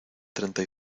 treinta